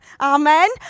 Amen